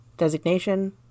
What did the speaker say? Designation